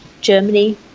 Germany